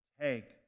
Take